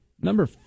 Number